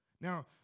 Now